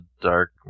Dark